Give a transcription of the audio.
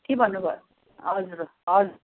के भन्नु भयो हजुर हजुर